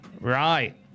Right